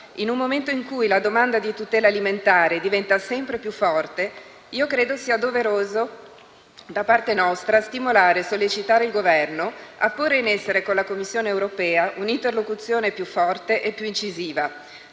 in un momento in cui la domanda di tutela alimentare diventa sempre più forte, credo sia doveroso da parte nostra stimolare e sollecitare il Governo a porre in essere con la Commissione europea un'interlocuzione più forte e più incisiva,